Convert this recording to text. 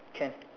can